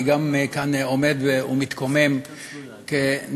גם אני כאן עומד ומתקומם נגד,